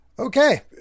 okay